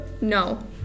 No